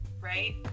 right